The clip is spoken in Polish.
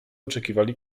oczekiwali